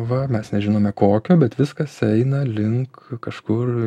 va mes nežinome kokio bet viskas eina link kažkur